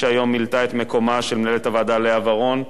שהיום מילאה את מקומה של מנהלת הוועדה לאה ורון.